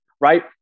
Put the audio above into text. right